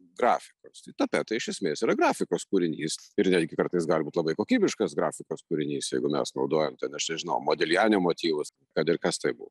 grafikos tapetai iš esmės yra grafikos kūrinys ir netgi kartais gali būt labai kokybiškas grafikos kūrinys jeigu mes naudojam ten aš nežinau modiljanio motyvus kad ir kas tai buvo